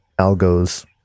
algos